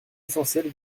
essentielle